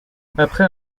après